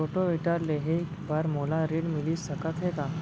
Rotavator लेहे बर मोला ऋण मिलिस सकत हे का?